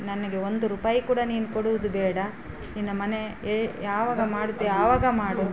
ನನಗೆ ಒಂದು ರೂಪಾಯಿ ಕೂಡ ನೀನು ಕೊಡುವುದು ಬೇಡ ನಿನ್ನ ಮನೆ ಎ ಯಾವಾಗ ಮಾಡುತ್ತೆ ಆವಾಗ ಮಾಡು